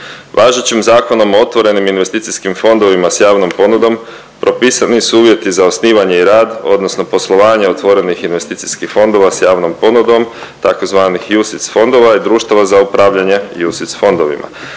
Važećim Zakonom o otvorenim investicijskim fondovima s javnom ponudom propisani su uvjeti za osnivanje i rad odnosno poslovanje otvorenih investicijskih fondova s javnom ponudom tzv. UCITS fondova i društava za upravljanje UCITS fondovima.